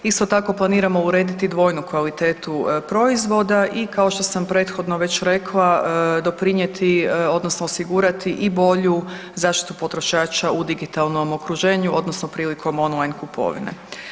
Isto tako planiramo urediti dvojnu kvalitetu proizvoda i kao što sam prethodno već rekla, doprinijeti odnosno osigurati i bolju zaštitu potrošača u digitalnom okruženju odnosno prilikom online kupovine.